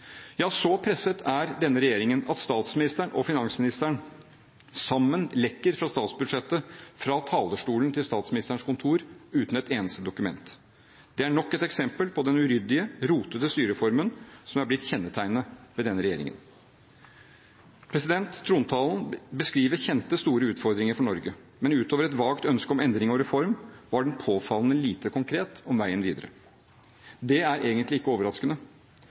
Ja, så presset er denne regjeringen at statsministeren og finansministeren sammen lekker fra statsbudsjettet fra talerstolen på Statsministerens kontor, uten et eneste dokument. Det er nok et eksempel på den uryddige, rotete styreformen som har blitt kjennetegnet ved denne regjeringen. Trontalen beskriver kjente, store utfordringer for Norge. Men utover et vagt ønske om endring og reform var den påfallende lite konkret om veien videre. Det er egentlig ikke overraskende.